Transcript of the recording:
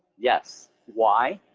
yes, why,